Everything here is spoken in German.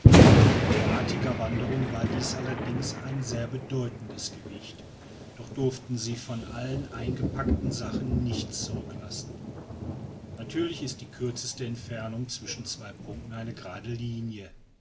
bei derartiger wanderung war dies allerdings ein sehr bedeutendes gewicht doch durften sie von allen eingepackten sachen nichts zurücklassen natürlich ist die kürzeste entfernung zwischen zwei punkten eine gerade linie